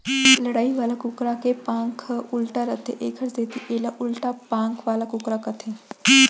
लड़ई वाला कुकरा के पांख ह उल्टा रथे एकर सेती एला उल्टा पांख वाला कुकरा कथें